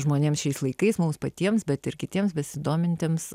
žmonėms šiais laikais mums patiems bet ir kitiems besidomintiems